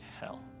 hell